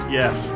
yes